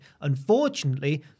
Unfortunately